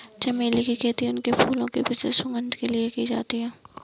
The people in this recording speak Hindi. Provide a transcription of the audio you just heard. चमेली की खेती उनके फूलों की विशिष्ट सुगंध के लिए की जाती है